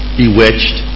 bewitched